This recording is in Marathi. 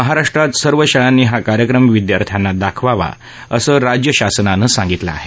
महाराष्ट्रात सर्व शाळांनी हा कार्यक्रम विद्यार्थ्यांना दाखवावा असं राज्यशासनानं सांगितलं आहे